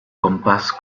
compás